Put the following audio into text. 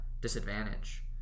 disadvantage